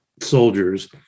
soldiers